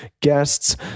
guests